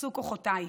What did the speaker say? אפסו כוחותיי.